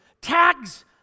tags